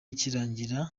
ikirangira